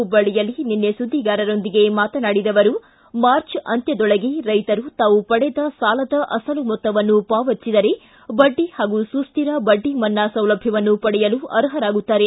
ಹುಬ್ವಳ್ಳಿಯಲ್ಲಿ ನಿನ್ನೆ ಸುದ್ದಿಗಾರೊಂದಿಗೆ ಮಾತನಾಡಿದ ಅವರು ಮಾರ್ಚ್ ಅಂತ್ಯದೊಳಗೆ ರೈತರು ತಾವು ಪಡೆದ ಸಾಲದ ಅಸಲು ಮೊತ್ತವನ್ನು ಪಾವತಿಸಿದರೆ ಬಡ್ಡಿ ಪಾಗೂ ಸುಶ್ಧಿರ ಬಡ್ಡಿ ಮನ್ನಾ ಸೌಲಭ್ಯವನ್ನು ಪಡೆಯಲು ಅರ್ಷರಾಗುತ್ತಾರೆ